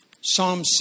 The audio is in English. Psalm